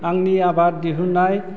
आंनि आबाद दिहुनाय